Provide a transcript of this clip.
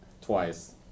twice